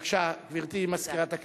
בבקשה, גברתי מזכירת הכנסת.